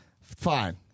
Fine